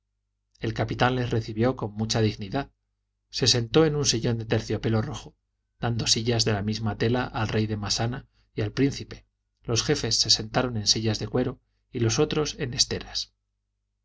el capitán les recibió con mucha dignidad se sentó en un sillón de terciopelo rojo dando sillas de la misma tela al rey de massana y al príncipe los jefes se sentaron en sillas de cuero y los otros en esteras